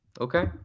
Okay